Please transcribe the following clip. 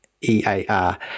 E-A-R